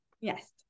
yes